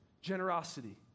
Generosity